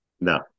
No